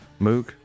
Moog